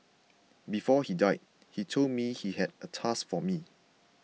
before he died he told me he had a task for me